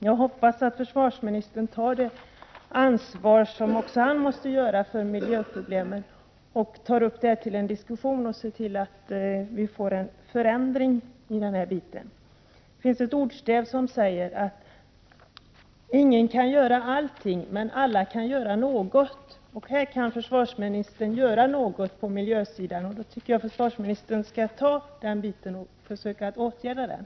Jag hoppas att även försvarsministern tar sitt ansvar för miljöproblemen, tar upp detta till en diskussion och ser till att vi får en förändring i detta avseende. Det finns ett ordstäv som säger att ingen kan göra allting, men alla kan göra någonting. Här kan försvarsministern göra något på miljösidan. Jag tycker försvarsministern skall ta tag i detta och försöka vidta åtgärder.